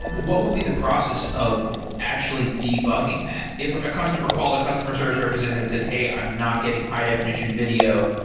what will be the process of actually debugging that? if a customer called a customer service representative and said, hey, i'm not getting high-definition video.